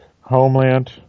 homeland